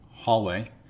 hallway